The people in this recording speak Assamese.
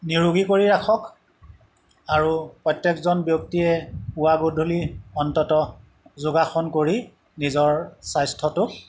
নিৰোগী কৰি ৰাখক আৰু প্ৰত্যেকজন ব্যক্তিয়ে পুৱা গধূলি অন্ততঃ যোগাসন কৰি নিজৰ স্বাস্থ্যটোক